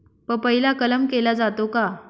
पपईला कलम केला जातो का?